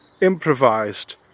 improvised